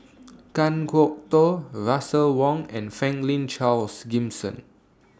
Kan Kwok Toh Russel Wong and Franklin Charles Gimson